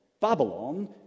Babylon